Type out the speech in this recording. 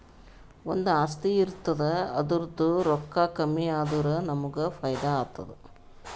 ಒಂದು ಆಸ್ತಿ ಇರ್ತುದ್ ಅದುರ್ದೂ ರೊಕ್ಕಾ ಕಮ್ಮಿ ಆದುರ ನಮ್ಮೂಗ್ ಫೈದಾ ಆತ್ತುದ